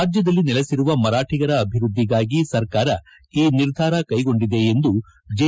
ರಾಜ್ಯದಲ್ಲಿ ನೆಲೆಸಿರುವ ಮರಾಠಿಗರ ಅಭಿವ್ಯದ್ಧಿಗಾಗಿ ಸರ್ಕಾರ ಈ ನಿರ್ಧಾರ ಕೈಗೊಂಡಿದೆ ಎಂದು ಜೆ